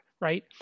right